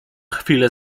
chwilę